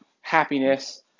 happiness